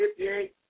58